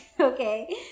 okay